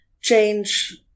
change